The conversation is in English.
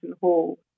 Hall